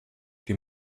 die